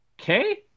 okay